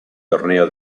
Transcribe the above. torneo